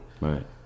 Right